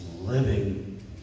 living